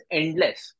endless